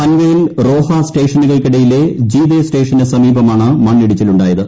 പൻവേൽ റോഹ സ്റ്റേഷനുകൾക്കിട യിലെ ജീതേ സ്റ്റേഷനു സമീപമാണ് മണ്ണിടിച്ചിലുണ്ടായത്